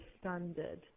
standard